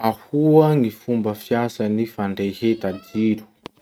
Ahoa gny fomba fiasan'ny fandreheta jiro?